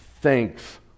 thanks